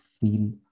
feel